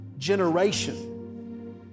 generation